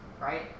right